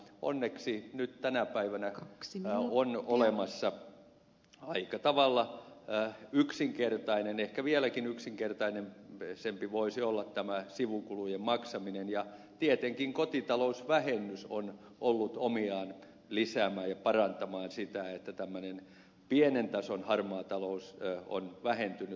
onneksi nyt tänä päivänä on olemassa aika tavalla yksinkertainen ehkä vieläkin yksinkertaisempaa voisi olla sivukulujen maksaminen ja tietenkin kotitalousvähennys on ollut omiaan lisäämään ja parantamaan sitä että tämmöinen pienen tason harmaa talous on vähentynyt